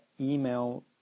email